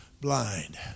blind